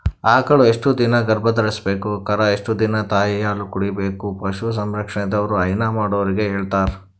ಆಕಳ್ ಎಷ್ಟ್ ದಿನಾ ಗರ್ಭಧರ್ಸ್ಬೇಕು ಕರಾ ಎಷ್ಟ್ ದಿನಾ ತಾಯಿಹಾಲ್ ಕುಡಿಬೆಕಂತ್ ಪಶು ಸಂರಕ್ಷಣೆದವ್ರು ಹೈನಾ ಮಾಡೊರಿಗ್ ಹೇಳಿರ್ತಾರ್